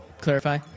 clarify